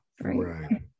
right